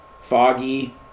foggy